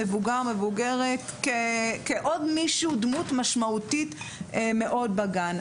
המבוגר או המבוגרת כעוד דמות משמעותית בגן.